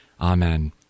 Amen